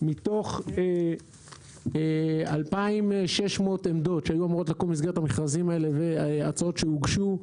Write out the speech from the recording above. מתוך 2,600 עמדות שהיו אומרות לקום מסגרת המכרזים האלה והצעות שהוגשו,